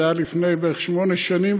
זה היה לפני בערך שמונה שנים,